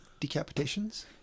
decapitations